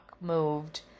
moved